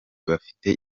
bafite